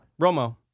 Romo